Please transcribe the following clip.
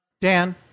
Dan